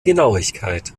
genauigkeit